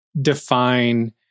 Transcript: define